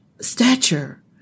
stature